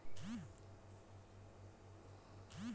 ধার ক্যরলে যে টাকার উপরে কোন ঝুঁকি ছাড়া শুধ লায়